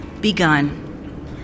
begun